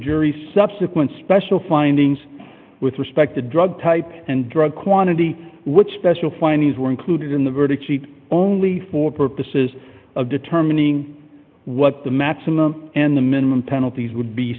jury subsequent special findings with respect to drug type and drug quantity what special findings were included in the verdict sheet only for purposes of determining what the maximum and the minimum penalties would